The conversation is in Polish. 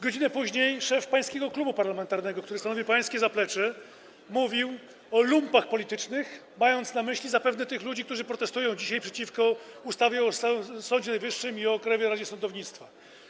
Godzinę później szef pańskiego klubu parlamentarnego, który stanowi pańskie zaplecze, mówił o lumpach politycznych, mając na myśli zapewne tych ludzi, którzy protestują dzisiaj przeciwko ustawom o Sądzie Najwyższym i Krajowej Radzie Sądownictwa.